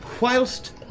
whilst